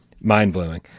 mind-blowing